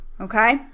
okay